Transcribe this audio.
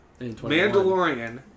Mandalorian